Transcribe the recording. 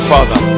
Father